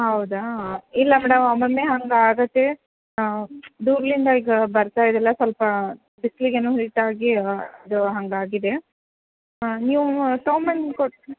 ಹೌದಾ ಇಲ್ಲ ಮೇಡಮ್ ಒಮ್ಮೊಮ್ಮೆ ಹಾಂಗೆ ಆಗುತ್ತೆ ಹಾಂ ದೂರ್ಲಿಂದ ಈಗ ಬರ್ತಾ ಇದ್ಯಲ್ಲ ಸ್ವಲ್ಪ ಬಿಸ್ಲಿಗೆ ಏನೋ ಹೀಟಾಗಿ ಅದು ಹಂಗಾಗಿದೆ ಹಾಂ ನೀವು ತೋಂಬಂದು ಕೊಟ್ಟು